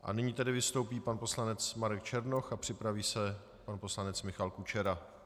A nyní tedy vystoupí pan poslanec Marek Černoch a připraví se pan poslanec Michal Kučera.